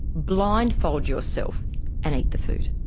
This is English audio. blindfold yourself and eat the food.